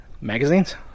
Magazines